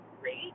great